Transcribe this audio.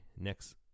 next